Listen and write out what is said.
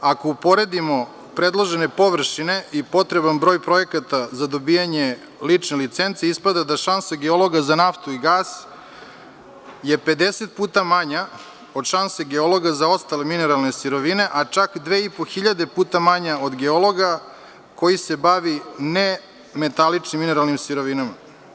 Ako uporedimo predložene površine i potreban broj projekata za dobijanje lične licence ispada da šansa geologa za naftu i gas je 50 puta manja od članstva geologa za ostale mineralne sirovine, a čak 2,5 hiljade puta manja od geologa koji se bavi nemetaličnim mineralnim sirovinama.